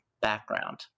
background